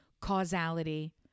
causality